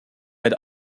had